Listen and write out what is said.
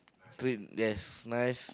treat yes nice